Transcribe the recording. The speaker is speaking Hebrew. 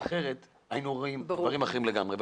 אחרת הם היינו רואים דברים אחרים לגמרי.